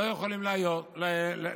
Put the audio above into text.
לא יכולים להיות שם.